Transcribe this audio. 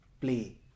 play